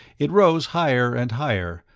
it rose higher and higher,